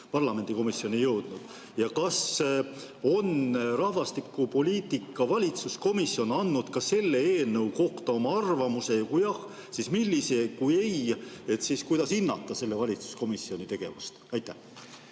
parlamendi komisjoni jõudnud? Ja kas rahvastikupoliitika valitsuskomisjon on andnud ka selle eelnõu kohta oma arvamuse? Kui jah, siis millise, ja kui ei, siis kuidas hinnata selle valitsuskomisjoni tegevust? Aitäh!